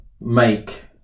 make